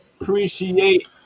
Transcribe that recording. Appreciate